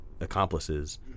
accomplices